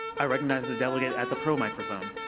i recognize the delegate at the pro microphone.